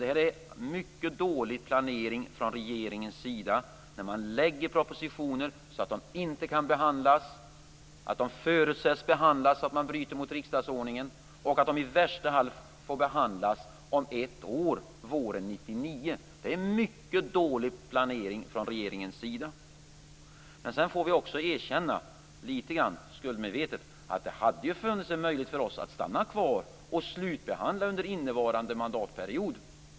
Det är en mycket dålig planering från regeringens sida när man lägger propositioner så att det inte kan behandlas, att de förutsätts behandlas så att man bryter mot riksdagsordningen och att de värsta fall får behandlas om ett år, våren 1999. Det är en mycket dålig planering från regeringens sida. Men sedan får vi också litet skuldmedvetet erkänna att det hade funnits en möjlighet för oss att stanna kvar och slutbehandla dessa under innevarande mandatperiod.